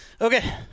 Okay